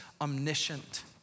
omniscient